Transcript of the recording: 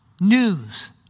news